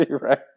Right